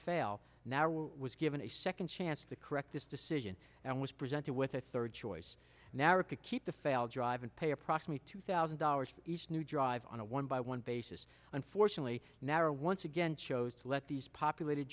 fail now was given a second chance to correct this decision and was presented with a third choice now or to keep the failed drive and pay approximately two thousand dollars each new drive on a one by one basis unfortunately never once again chose to let these populated